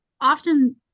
often